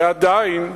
ועדיין,